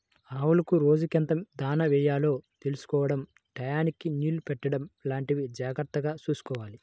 ఆవులకు రోజుకెంత దాణా యెయ్యాలో తెలుసుకోడం టైయ్యానికి నీళ్ళు పెట్టడం లాంటివి జాగర్తగా చూసుకోవాలి